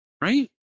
Right